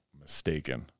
mistaken